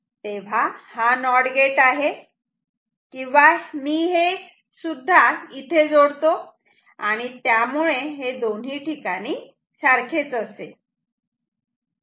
तेव्हा हा not gate आहे किंवा मी हे सुद्धा इथे जोडतो आणि त्यामुळे हे दोन्ही ठिकाणी सारखेच असेल